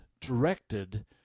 directed